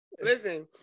Listen